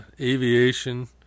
aviation